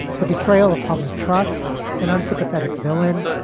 the betrayal of public trust and unsympathetic villain,